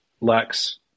Lex